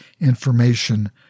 information